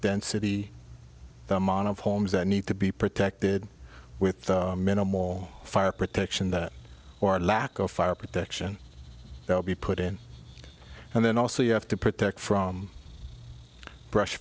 density of homes that need to be protected with minimal fire protection that or lack of fire protection they'll be put in and then also you have to protect from brush